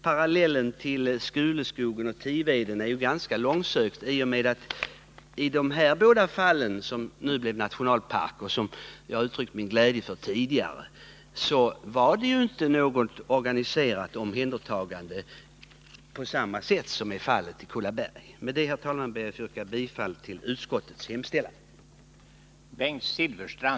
Parallellen med Skuleskogen och Tiveden är ganska långsökt i och med att det när det gäller dessa båda områden — de har ju nu blivit nationalpark, vilket jag tidigare uttryckt min glädje över — inte var fråga om något organiserat omhändertagande på samma sätt som är fallet i fråga om Kullaberg. Med detta, herr talman, ber jag att få yrka bifall till utskottets hemställan.